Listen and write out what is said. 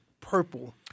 purple